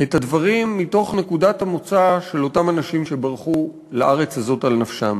את הדברים מתוך נקודת המוצא של אותם אנשים שברחו לארץ הזאת על נפשם.